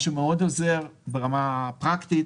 מה שעוזר מאוד ברמה הפרקטית,